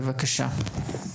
בבקשה.